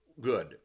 good